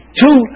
two